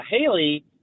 Haley